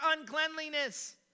uncleanliness